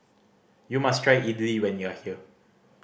you must try Idili when you are here